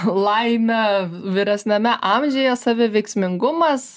laimę vyresniame amžiuje saviveiksmingumas